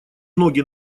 ноги